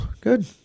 Good